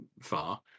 far